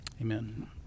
Amen